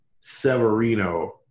Severino